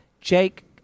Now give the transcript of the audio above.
Jake